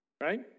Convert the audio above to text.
right